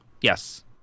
yes